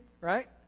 right